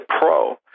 pro